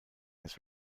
his